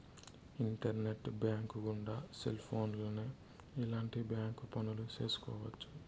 internet bank గుండా cell ఫోన్లోనే ఎలాంటి బ్యాంక్ పనులు చేసుకోవచ్చు